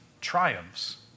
triumphs